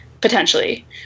potentially